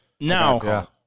now